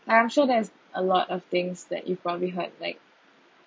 I'm sure there's a lot of things that you've probably heard like